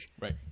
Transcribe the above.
Right